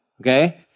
Okay